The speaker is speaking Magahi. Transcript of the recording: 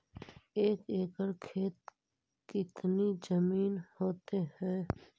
एक एकड़ खेत कितनी जमीन होते हैं?